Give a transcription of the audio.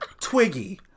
Twiggy